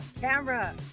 camera